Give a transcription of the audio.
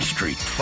Street